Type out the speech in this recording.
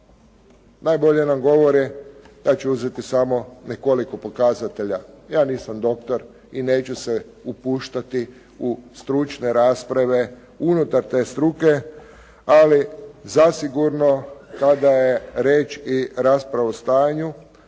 najbolje nam govori, ja ću uzeti samo nekoliko pokazatelja. Ja nisam doktor i neću se upuštati u stručne rasprave unutar te struke, ali zasigurno kada je riječ i rasprava o stanju,